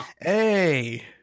Hey